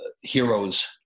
heroes